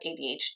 ADHD